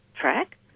track